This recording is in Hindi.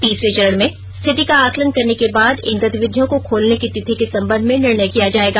तीसरे चरण में स्थिति का आकलन करने के बाद इन गतिविधियों को खोलने की तिथि के संबंध में निर्णय किया जाएगा